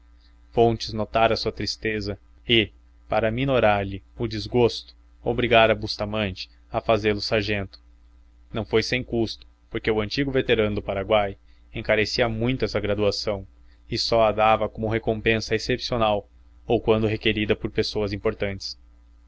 fontes notara a sua tristeza e para minorar lhe o desgosto obrigara a bustamante a fazê-lo sargento não foi sem custo porque o antigo veterano do paraguai encarecia muito essa graduação e só a dava como recompensa excepcional ou quando requerida por pessoas importantes